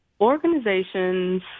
organizations